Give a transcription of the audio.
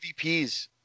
MVPs